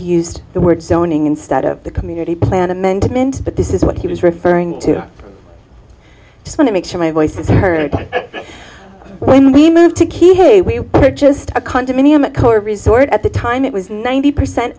used the word zoning instead of the community plan amendment but this is what he was referring to just want to make sure my voice is heard when we move to key hey we are just a condominium a colored resort at the time it was ninety percent